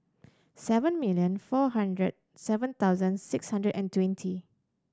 seven million four hundred seven thousand six hundred and twenty